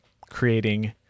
creating